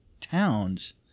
towns